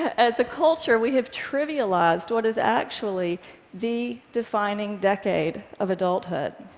as a culture, we have trivialized what is actually the defining decade of adulthood.